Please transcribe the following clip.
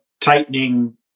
tightening